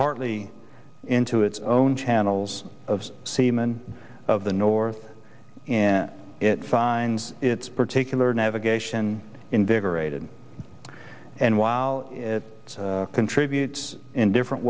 partly into its own channels of seamen of the north it finds its particular navigation invigorated and while it contributes in different